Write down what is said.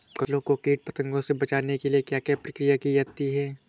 फसलों को कीट पतंगों से बचाने के लिए क्या क्या प्रकिर्या की जाती है?